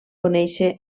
conèixer